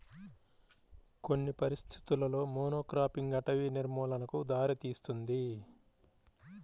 కొన్ని పరిస్థితులలో మోనోక్రాపింగ్ అటవీ నిర్మూలనకు దారితీస్తుంది